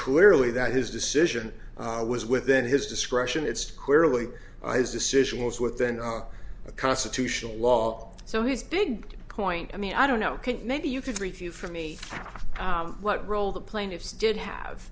clearly that his decision was within his discretion it's clearly his decision was within the constitutional law so he's big point i mean i don't know maybe you could review for me what role the plaintiffs did